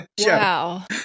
Wow